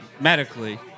Medically